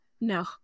no